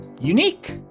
unique